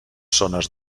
zones